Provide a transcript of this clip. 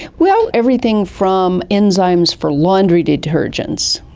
well, everything from enzymes for laundry detergents.